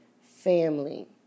family